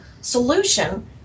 solution